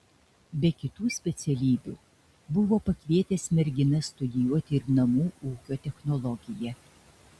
be kitų specialybių buvo pakvietęs merginas studijuoti ir namų ūkio technologiją